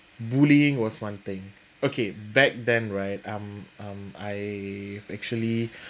bullying was one thing okay back then right um um I actually